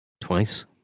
Twice